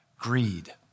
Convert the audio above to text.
Greed